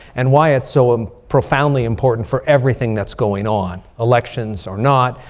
and why it's so um profoundly important for everything that's going on, elections or not.